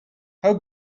how